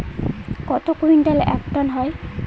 কত কুইন্টালে এক টন হয়?